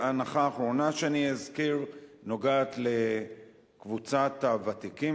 והנחה אחרונה שאני אזכיר נוגעת לקבוצת הוותיקים,